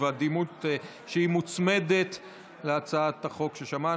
אפשר שאלה?